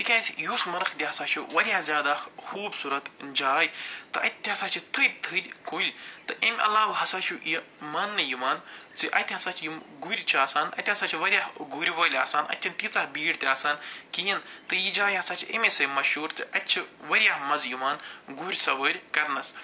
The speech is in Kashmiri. تِکیٛازِ یوٗس مَرٕگ تہِ ہَسا چھُ وارِیاہ زیادٕ اکھ خوٗبصوٗرت جاے تہٕ اَتہِ تہِ ہَسا چھِ تھٔدۍ تھٔدۍ کُلۍ تہٕ اَمہِ علاو ہَسا چھُ یہِ مانٛنہٕ یِوان ژِ اَتہِ ہَسا چھِ یِم گُرۍ چھِ آسان اَتہِ ہَسا چھِ وارِیاہ گُرۍ وٲلۍ آسان اَتہِ چھَنہٕ تیٖژاہ بھیٖڑ تہِ آسان کِہیٖنۍ تہٕ جاے ہَسا چھِ اَمی سۭتۍ مشہوٗر تہٕ اَتہِ چھِ وارِیاہ مَزٕ یِوان گُرۍ سوٲرۍ کرنس